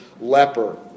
leper